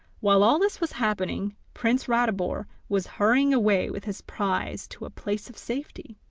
while all this was happening, prince ratibor was hurrying away with his prize to a place of safety.